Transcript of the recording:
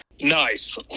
nice